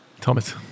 Thomas